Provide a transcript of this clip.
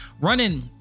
Running